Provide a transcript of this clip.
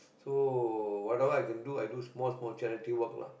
so whatever I can do i do small small charity work lah